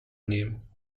nehmen